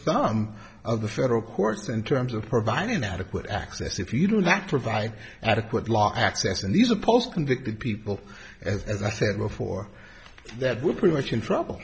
thumb of the federal courts in terms of providing adequate access if you do not provide adequate law access and these are post convicted people as as i said before that would pretty much in trouble